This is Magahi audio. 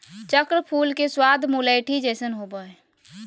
चक्र फूल के स्वाद मुलैठी जइसन होबा हइ